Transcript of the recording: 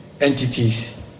entities